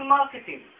marketing